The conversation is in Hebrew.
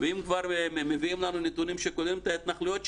אם כבר מביאים לנו נתונים שכוללים את ההתנחלויות,